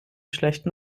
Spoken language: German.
schlechten